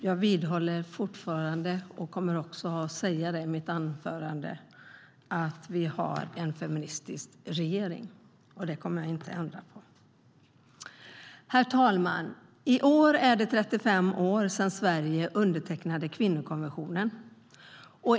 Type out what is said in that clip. Jag vidhåller och kommer att säga i mitt anförande att vi har en feministisk regering. Det kommer jag inte att ändra på. Herr talman! I år är det 35 år sedan Sverige undertecknade kvinnokonventionen.